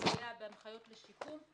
לסייע בהנחיות השיקום,